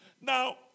Now